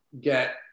get